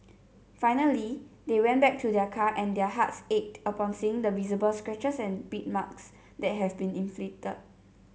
finally they went back to their car and their hearts ached upon seeing the visible scratches and bite marks that had been inflicted